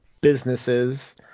businesses